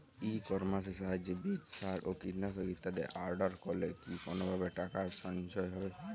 ই কমার্সের সাহায্যে বীজ সার ও কীটনাশক ইত্যাদি অর্ডার করলে কি কোনোভাবে টাকার সাশ্রয় হবে?